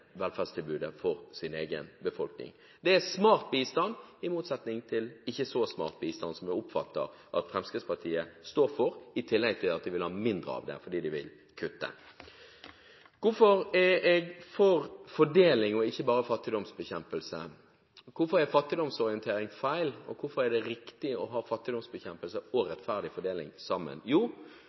velferdstilbudet for sin egen befolkning. Det er smart bistand, i motsetning til ikke så smart bistand, som jeg oppfatter at Fremskrittspartiet står for, i tillegg til at de vil ha mindre av det fordi de vil kutte. Hvorfor er jeg for fordeling og ikke bare fattigdomsbekjempelse? Hvorfor er fattigdomsorientering feil, og hvorfor er det riktig å ha fattigdomsbekjempelse og rettferdig fordeling sammen? Jo,